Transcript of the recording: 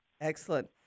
Excellent